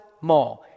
more